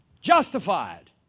justified